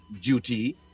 duty